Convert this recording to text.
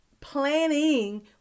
planning